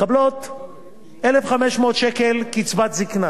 מקבלות 1,500 שקל קצבת זיקנה.